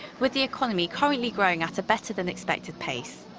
with the economy currently growing at a better-than-expected pace.